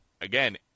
again